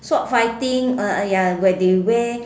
sword fighting ah ya where they wear